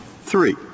Three